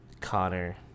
Connor